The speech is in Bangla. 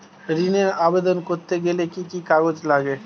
ঋণের আবেদন করতে গেলে কি কি কাগজ লাগে?